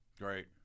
Great